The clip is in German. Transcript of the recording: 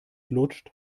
lutscht